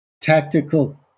tactical